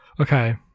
Okay